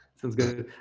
sounds good.